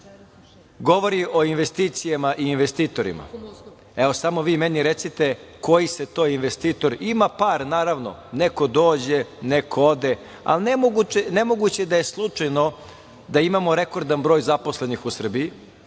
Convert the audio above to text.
govori o investicijama i investitorima, evo, samo vi meni recite koji se to investitor, ima par, naravno, neko dođe, neko ode, ali nemoguće da je slučajno da imamo rekordan broj zaposlenih u Srbiji,